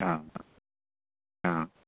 आं हा